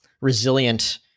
resilient